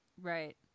Right